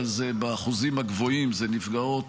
אבל באחוזים הגבוהים זה נפגעות,